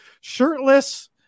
shirtless